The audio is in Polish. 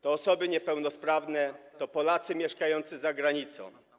To osoby niepełnosprawne, to Polacy mieszkający za granicą.